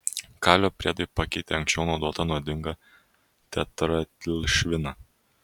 kalio priedai pakeitė anksčiau naudotą nuodingą tetraetilšviną